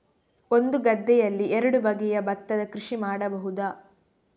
ಒಂದು ಗದ್ದೆಯಲ್ಲಿ ಎರಡು ಬಗೆಯ ಭತ್ತದ ಕೃಷಿ ಮಾಡಬಹುದಾ?